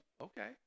okay